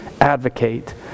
Advocate